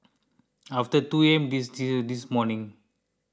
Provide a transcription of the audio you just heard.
after two A M this morning